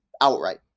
outright